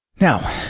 Now